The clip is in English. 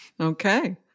Okay